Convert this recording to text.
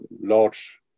large